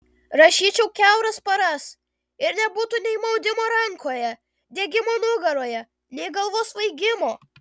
rašyčiau kiauras paras ir nebūtų nei maudimo rankoje diegimo nugaroje nei galvos svaigimo